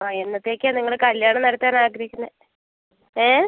ആ എന്നത്തേയ്ക്കാണ് നിങ്ങൾ കല്ല്യാണം നടത്താൻ ആഗ്രഹിക്കുന്നത് ഏ